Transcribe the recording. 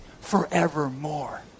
forevermore